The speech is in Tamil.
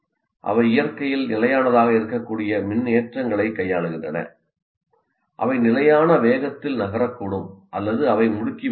அவை இயற்கையில் நிலையானதாக இருக்கக்கூடிய மின்னேற்றங்களைக் கையாளுகின்றன அவை நிலையான வேகத்தில் நகரக்கூடும் அல்லது அவை முடுக்கிவிடக்கூடும்